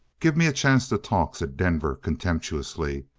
gimme a chance to talk, said denver contemptuously.